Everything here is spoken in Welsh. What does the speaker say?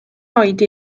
oedi